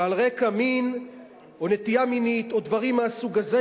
שעל רקע מין או נטייה מינית או דברים מהסוג הזה,